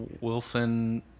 wilson